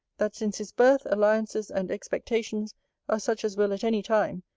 that since his birth, alliances, and expectations, are such as will at any time,